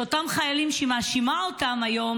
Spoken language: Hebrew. שאותם חיילים שהיא מאשימה אותם היום